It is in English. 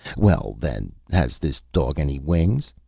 well, then, has this dog any wings?